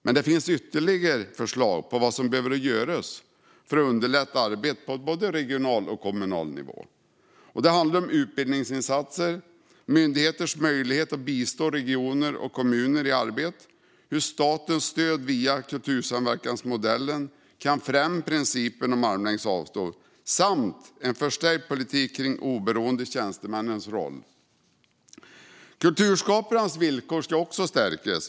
Men det finns ytterligare förslag på vad som behöver göras för att underlätta arbetet på både regional och kommunal nivå. Det handlar om utbildningsinsatser, myndigheters möjligheter att bistå regioner och kommuner i arbetet, hur statens stöd via kultursamverkansmodellen kan främja principen om armlängds avstånd samt en förstärkt politik för oberoende tjänstemäns roll. Kulturskaparnas villkor ska också stärkas.